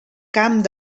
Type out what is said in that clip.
camp